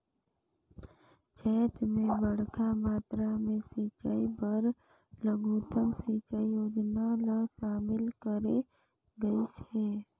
चैत मे बड़खा मातरा मे सिंचई बर लघुतम सिंचई योजना ल शामिल करे गइस हे